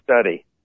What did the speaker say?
study